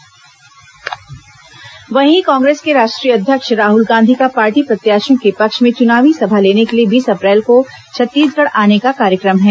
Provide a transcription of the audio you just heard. राहल गांधी छत्तीसगढ़ वहीं कांग्रेस के राष्ट्रीय अध्यक्ष राहल गांधी का पार्टी प्रत्याशियों के पक्ष में चुनावी सभा लेने के लिए बीस अप्रैल को छत्तीसगढ़ आने का कार्यक्रम है